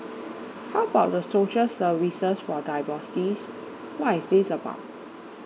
how about the social services for divorcees what is this about